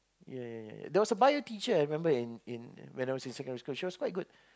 ya ya ya there was a Bio teacher I remember in in when I was in secondary school she was quite good